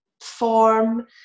form